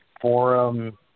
forum